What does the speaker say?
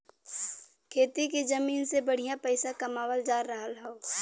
खेती के जमीन से बढ़िया पइसा कमावल जा रहल हौ